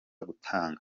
gutanga